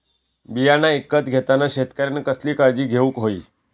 बियाणा ईकत घेताना शेतकऱ्यानं कसली काळजी घेऊक होई?